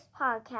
podcast